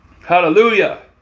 Hallelujah